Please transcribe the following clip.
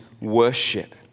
worship